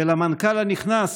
ולמנכ"ל הנכנס